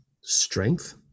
strength